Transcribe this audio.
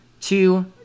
two